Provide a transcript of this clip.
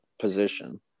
position